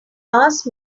asked